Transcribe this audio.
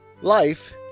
Life